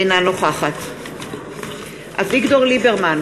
אינה נוכחת אביגדור ליברמן,